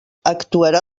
actuarà